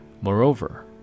Moreover